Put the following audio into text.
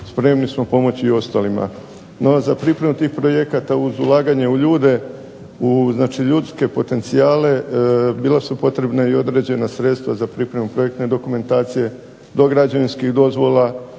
spremni smo pomoći ostalima. NO, za pripremu tih projekata uz ulaganje u ljude u znači ljudske potencijale bila su potrebna određena sredstva za pripremu projekte dokumentacije, do građevinskih dozvola